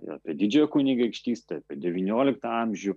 ir apie didžiąją kunigaikštystę apie devynioliktą amžių